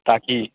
ताकि